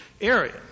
area